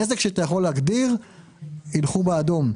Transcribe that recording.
נזק שאתה יכול להגדיר, ילכו איתו באדום.